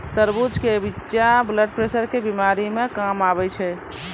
तरबूज के बिच्चा ब्लड प्रेशर के बीमारी मे काम आवै छै